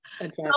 address